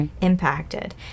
impacted